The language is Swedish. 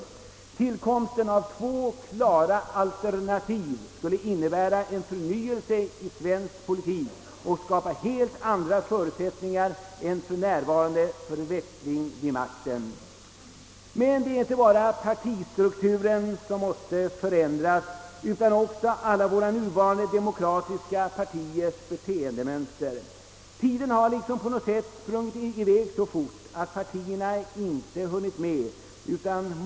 Tillkomsten av två klara alternativ skulle innebära en förnyelse i svensk politik och skapa helt andra förutsättningar än för närvarande för växling vid makten. Men det är inte bara partistrukturen som måste förändras utan också hela beteendemönstret hos våra nuvarande demokratiska partier. Tiden har på något sätt sprungit i väg så fort att partierna inte hunnit med.